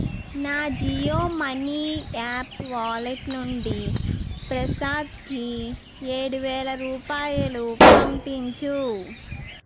నా Jio money app wallet నుండి ప్రసాద్కి ఏడు వేల రూపాయలు పంపించు